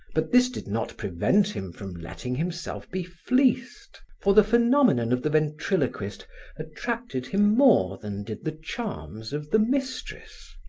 but this did not prevent him from letting himself be fleeced, for the phenomenon of the ventriloquist attracted him more than did the charms of the mistress.